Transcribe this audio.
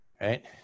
right